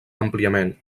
àmpliament